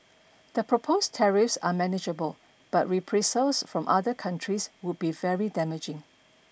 the proposed tariffs are manageable but reprisals from other countries would be very damaging